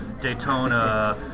Daytona